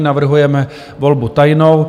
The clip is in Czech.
Navrhujeme volbu tajnou.